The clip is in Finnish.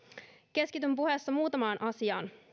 keskityn puheessa muutamaan asiaan